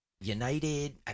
United